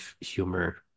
humor